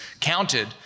counted